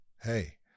hey